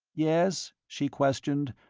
yes? she questioned,